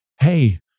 hey